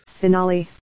Finale